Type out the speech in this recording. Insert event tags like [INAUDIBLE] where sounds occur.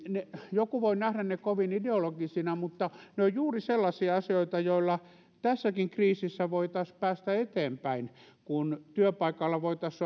joku voi nähdä kovin ideologisina mutta ne ovat juuri sellaisia asioita joilla tässäkin kriisissä voitaisiin päästä eteenpäin kun työpaikalla voitaisiin [UNINTELLIGIBLE]